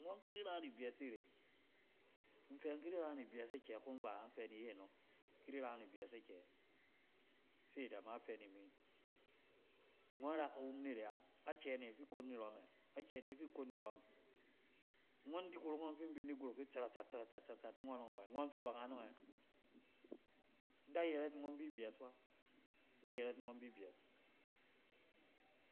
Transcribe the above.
Ngɔn kidi rat ibɛs nire. in fɛ in ki di ran ibɛs akɛ kong bayɛ? In fɛ ni ye nɔng, in di ran ibɛs akɛ? Se ida ma fɛ ni mi, ngɔn ra kawum nire a? Akɛ ne fi kon nirɔmɛ? Akɛ de fi kon nirɔmɛ? Ngɔn di kurong ɔng fin bin di gorok yit tsarata-tsaratat ni ngɔnɔng awɛ ngɔn fɛ ba ngnɔngɛ? In da yɛrɛt ngɔn bi bɛs fa, inda yɛrɛt ngɔn bibɛs.